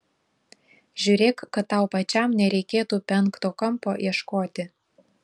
žiūrėk kad tau pačiam nereikėtų penkto kampo ieškoti